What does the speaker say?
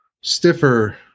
stiffer